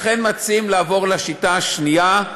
לכן מציעים לעבור לשיטה השנייה,